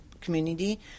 community